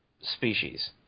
species